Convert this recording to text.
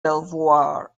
belvoir